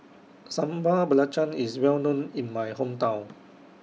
Sambal Belacan IS Well known in My Hometown